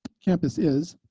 campus is.